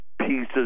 pieces